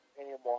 anymore